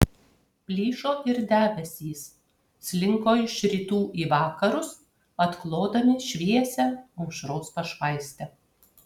plyšo ir debesys slinko iš rytų į vakarus atklodami šviesią aušros pašvaistę